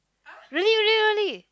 really really really